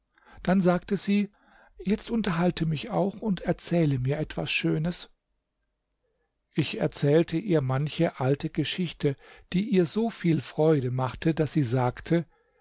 dann sagte sie jetzt unterhalte mich auch und erzähle mir etwas schönes ich erzählte ihr manche alte geschichte die ihr so viel freude machte daß sie sagte